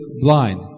blind